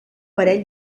parell